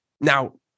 Now